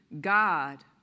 God